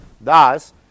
thus